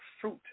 fruit